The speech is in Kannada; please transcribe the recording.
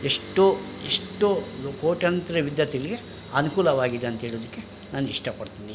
ಎಷ್ಟೋ ಎಷ್ಟೋ ಒಂದು ಕೋಟ್ಯಂತರ ವಿದ್ಯಾರ್ಥಿಗಳಿಗೆ ಅನುಕೂಲವಾಗಿದೆ ಅಂಥೇಳೋದಕ್ಕೆ ನಾನು ಇಷ್ಟಪಡ್ತೀನಿ